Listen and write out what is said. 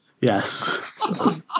Yes